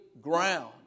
ground